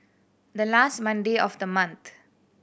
the last Monday of the month